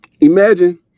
Imagine